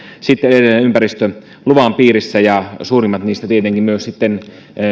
sitten edelleen ympäristöluvan piirissä ja suurimmat niistä tietenkin myös sitten